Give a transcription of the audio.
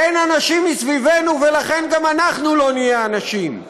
אין אנשים מסביבנו, ולכן גם אנחנו לא נהיה אנשים.